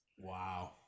Wow